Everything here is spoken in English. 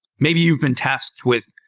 maybe you've been tasked with,